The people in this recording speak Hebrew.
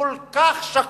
כל כך שקוף,